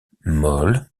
molle